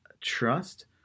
trust